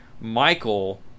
Michael